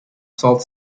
salt